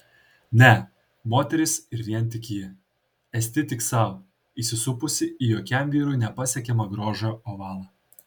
ne moteris ir vien tik ji esti tik sau įsisupusi į jokiam vyrui nepasiekiamą grožio ovalą